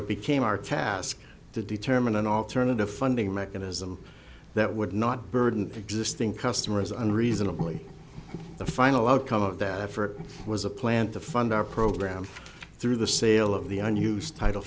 it became our task to determine an alternative funding mechanism that would not burden existing customers unreasonably the final outcome of that effort was a plan to fund our program through the sale of the unused title